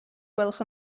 gwelwch